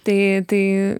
tai tai